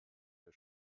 der